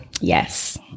Yes